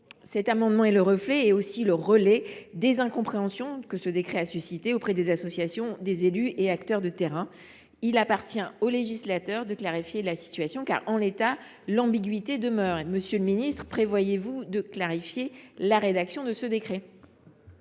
Cet amendement est le reflet, mais aussi le relais des incompréhensions que ce décret a suscité auprès des associations, des élus et acteurs de terrain. Il appartient au législateur d’éclaircir la situation, car, en l’état, l’ambiguïté demeure. Monsieur le ministre, prévoyez vous de clarifier la rédaction de ce décret ?